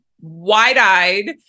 wide-eyed